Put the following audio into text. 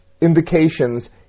indications